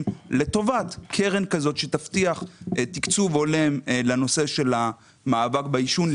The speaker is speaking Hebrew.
לטובת קרן כזאת שתבטיח תקצוב הולם לנושא של המאבק בעישון,